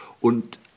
und